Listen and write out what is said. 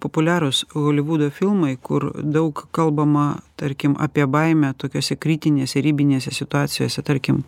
populiarūs holivudo filmai kur daug kalbama tarkim apie baimę tokiose kritinėse ribinėse situacijose tarkim